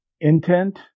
intent